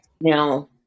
Now